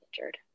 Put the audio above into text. injured